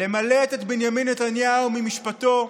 למלט את בנימין נתניהו ממשפטו,